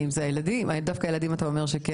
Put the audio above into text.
דווקא הילדים כן,